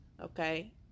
okay